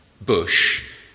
bush